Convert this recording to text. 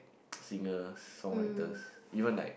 singers songwriters even like